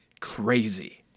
crazy